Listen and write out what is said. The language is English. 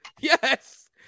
Yes